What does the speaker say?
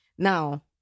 Now